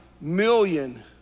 million